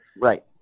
Right